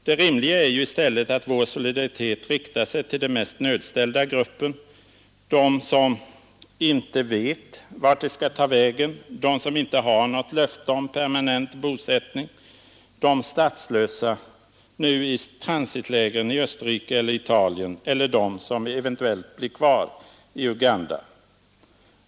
Det rimliga är ju i stället att vår solidaritet riktar sig till de mest nödställda — de som inte i dag vet vart de skall ta vägen, de som inte fått något löfte om permanent bosättning, de statslösa i transitlägren i Österrike eller Italien eller de som eventuellt blir kvar i Uganda.